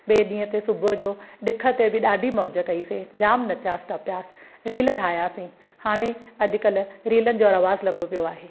ॿिए ॾींहं ते सुबुह जो ॾिख़ ते बि ॾाढी मौज कइसी जाम नचियासीं टपियासीं रील ठाहियासीं हाणे अॼुकल्ह रीलनि जो रिवाज़ु लॻो पियो आहे